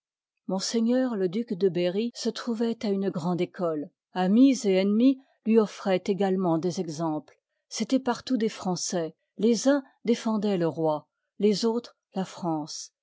m le duc de berry se trouvoit à une grande école amis et ennemis lui offroicnt ëgalcment des exemples c toit partout des français les uns défendoienl le roi les autres la france